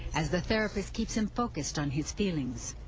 as the therapist keeps him focused on his feelings.